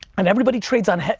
and everybody trades on,